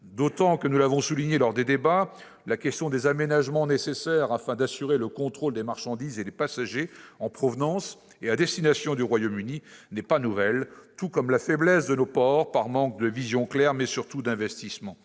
D'ailleurs, nous l'avons souligné lors des débats, la question des aménagements nécessaires afin d'assurer le contrôle des marchandises et des passagers en provenance et à destination du Royaume-Uni n'est pas nouvelle, tout comme la faiblesse de nos ports, par manque de vision claire et, surtout, d'investissements.